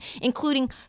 including